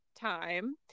time